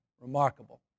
Remarkable